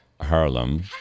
Harlem